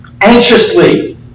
Anxiously